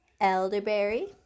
elderberry